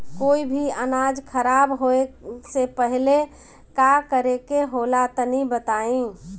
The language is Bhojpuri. कोई भी अनाज खराब होए से पहले का करेके होला तनी बताई?